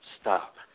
stop